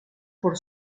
por